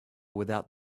without